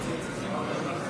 בעד,